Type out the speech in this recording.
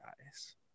guys